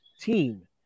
team